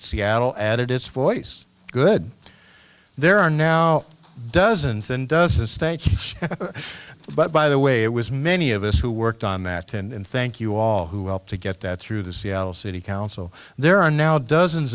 seattle added its voice good there are now dozens and dozens of states but by the way it was many of us who worked on that and thank you all who helped to get that through the seattle city council there are now dozens